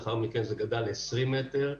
לאחר מכן זה גדל ל-20 מטרים.